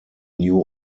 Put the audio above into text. new